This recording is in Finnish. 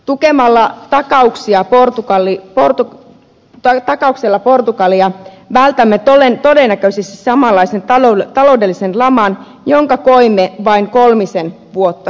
tukemalla tarkkaan yksi ja portugalin porto pari takauksilla portugalia vältämme todennäköisesti samanlaisen taloudellisen laman kuin minkä koimme vain kolmisen vuotta sitten